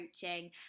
coaching